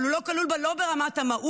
אבל הוא לא כלול בה לא ברמת המהות,